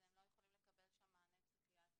הם לא יכולים לקבל שם מענה פסיכיאטרי,